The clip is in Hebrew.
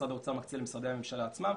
משרד האוצר מקצה למשרדי הממשלה עצמם,